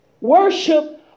Worship